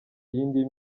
yindi